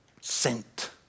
Sent